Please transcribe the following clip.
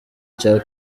cya